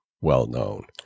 well-known